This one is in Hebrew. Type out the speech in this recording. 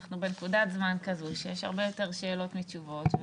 אנחנו בנקודת זמן כזאת שיש הרבה יותר שאלות מתשובות,